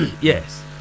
yes